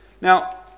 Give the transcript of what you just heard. Now